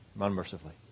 unmercifully